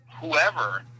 whoever